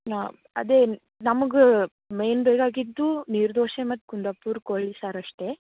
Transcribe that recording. ಹಾಂ ಅದೇ ನಮ್ಗೆ ಮೇನ್ ಬೇಕಾಗಿದ್ದು ನೀರ್ದೋಸೆ ಮತ್ತು ಕುಂದಾಪುರ ಕೋಳಿ ಸಾರು ಅಷ್ಟೇ